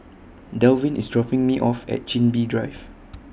Dalvin IS dropping Me off At Chin Bee Drive